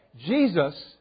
Jesus